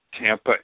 Tampa